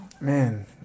Man